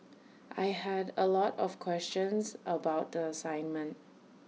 I had A lot of questions about the assignment